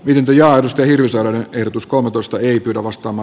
lintuja anne kalmarin ehdotus kohutusta ei pidä vastaava